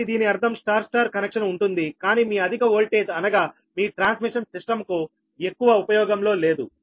కాబట్టి దీని అర్థం స్టార్ స్టార్ కనెక్షన్ ఉంటుంది కానీ మీ అధిక వోల్టేజ్ అనగా మీ ట్రాన్స్మిషన్ సిస్టమ్ కు ఎక్కువ ఉపయోగంలో లేదు